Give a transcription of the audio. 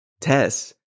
Tess